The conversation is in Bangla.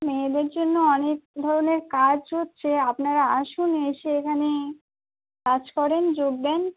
মেয়েদের জন্য অনেক ধরনের কাজ হচ্ছে আপনারা আসুন এসে এখানে কাজ করেন যোগ দেন